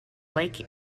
lake